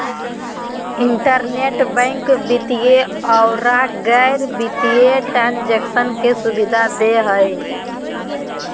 internet bank वित्तीय औरो गैर वित्तीय ट्रांन्जेक्शन के सुबिधा दे हइ